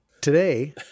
Today